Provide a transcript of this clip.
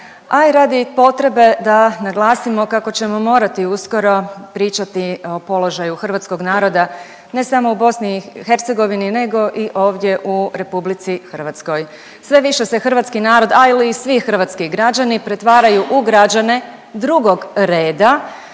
a i radi potrebe da naglasimo kako ćemo morati uskoro pričati o položaju hrvatskog naroda ne samo u BiH nego i ovdje u RH. Sve više se hrvatski narod, ali i svi hrvatski građani pretvaraju u građane drugog reda